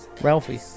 Ralphie